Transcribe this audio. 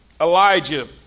Elijah